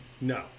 No